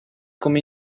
come